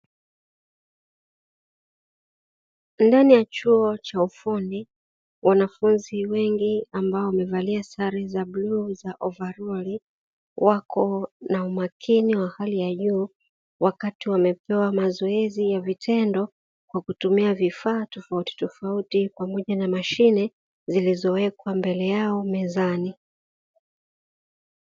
Ndani ya chuo cha ufundi wanafunzi wengi ambao wamevalia sare za bluu za ovaroli, wako na umakini wa hali ya juu wakati wamepewa mazoezi ya vitendo kwa vifaa tofautitofauti pamoja na mashine zilizowekwa mbele yao mezani.